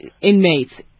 Inmates